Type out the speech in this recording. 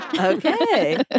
Okay